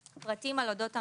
פרטים על אודות המפר,